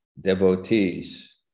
devotees